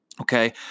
Okay